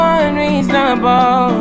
unreasonable